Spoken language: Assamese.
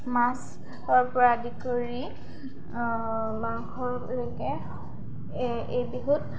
মাছৰ পৰা আদি কৰি মাংসলৈকে এই বিহুত